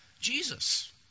Jesus